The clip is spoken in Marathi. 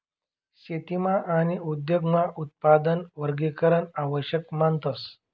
शेतीमा आणि उद्योगमा उत्पादन वर्गीकरण आवश्यक मानतस